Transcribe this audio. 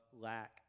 lack